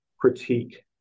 critique